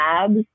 labs